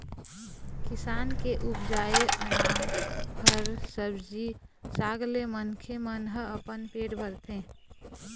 किसान के उपजाए अनाज, फर, सब्जी साग ले मनखे मन ह अपन पेट भरथे